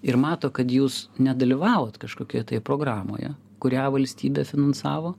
ir mato kad jūs nedalyvavot kažkokioj tai programoje kurią valstybė finansavo